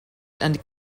and